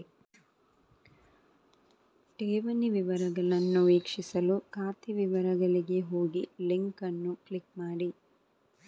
ಠೇವಣಿ ವಿವರಗಳನ್ನು ವೀಕ್ಷಿಸಲು ಖಾತೆ ವಿವರಗಳಿಗೆ ಹೋಗಿಲಿಂಕ್ ಅನ್ನು ಕ್ಲಿಕ್ ಮಾಡಿ